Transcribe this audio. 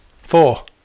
Four